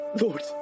Lord